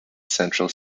central